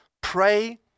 Pray